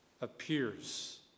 appears